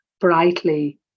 brightly